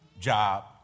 job